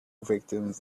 victims